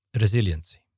Resiliency